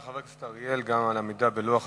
תודה, חבר הכנסת אריאל, גם על העמידה בלוח-הזמנים.